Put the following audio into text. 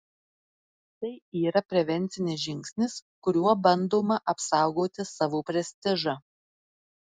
tai yra prevencinis žingsnis kuriuo bandoma apsaugoti savo prestižą